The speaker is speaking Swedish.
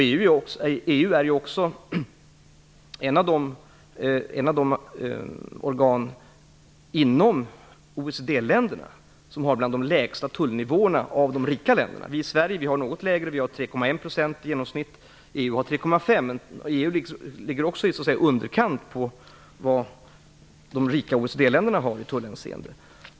EU-länderna inom OECD-länderna har bland de lägsta tullnivåerna bland de rika länderna. I Sverige har vi en något lägre nivå. Vi har 3,1 % i genomsnitt, och EU har 3,5 %. Men även EU ligger i underkant av vad de rika OECD-länderna har i tullhänseende.